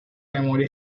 memoria